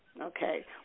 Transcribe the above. okay